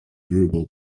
durable